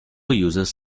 uses